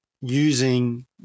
using